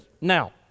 Now